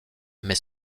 mais